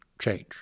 change